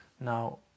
Now